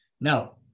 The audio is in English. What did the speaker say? Now